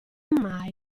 mai